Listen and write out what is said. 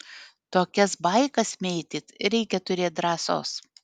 tokias baikas mėtyt reikia turėt drąsos